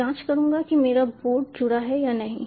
मैं जांच करूंगा कि मेरा बोर्ड जुड़ा है या नहीं